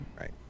Right